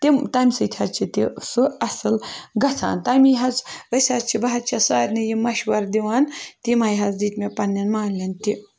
تِم تَمہِ سۭتۍ حظ چھِ تہِ سُہ اَصٕل گژھان تَمی حظ أسۍ حظ چھِ بہٕ حظ چھَس سارنٕے یہِ مَشوَرٕ دِوان تِمَے حظ دِتۍ مےٚ پَنٛنٮ۪ن مالٮ۪ن تہِ